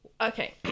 Okay